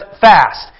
fast